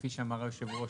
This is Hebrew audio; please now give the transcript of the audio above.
כפי שאמר היושב-ראש,